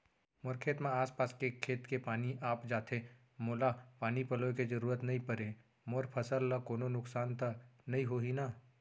मोर खेत म आसपास के खेत के पानी आप जाथे, मोला पानी पलोय के जरूरत नई परे, मोर फसल ल कोनो नुकसान त नई होही न?